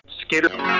Skater